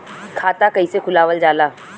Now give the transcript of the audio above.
खाता कइसे खुलावल जाला?